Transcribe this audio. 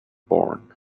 born